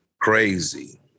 crazy